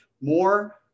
more